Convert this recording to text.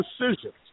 decisions